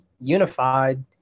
unified